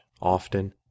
often